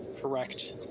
correct